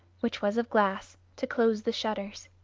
which was of glass, to close the shutters.